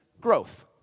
growth